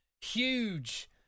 huge